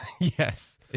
Yes